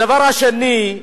הדבר השני,